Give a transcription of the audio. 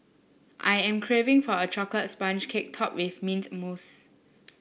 I am craving for a chocolate sponge cake topped with mint mousse